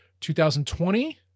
2020